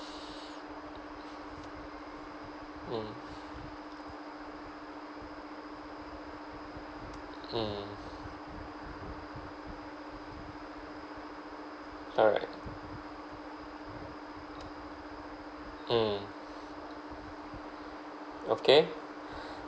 mm mm correct mm okay